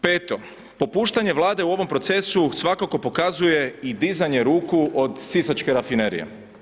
Peto, popuštanje Vlade u ovom procesu svakako pokazuje i dizanje ruku od Sisačke rafinerije.